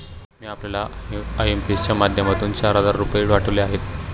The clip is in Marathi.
मी आपल्याला आय.एम.पी.एस च्या माध्यमातून चार हजार रुपये पाठवले आहेत